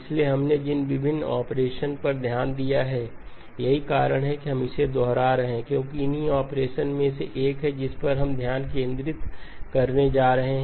इसलिए हमने जिन विभिन्न ऑपरेशन पर ध्यान दिया है यही कारण है कि हम इसे दोहरा रहे हैं क्योंकि इन्हीं ऑपरेशन में से एक है जिस पर हम ध्यान केंद्रित करने जा रहे हैं